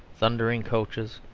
thundering coaches,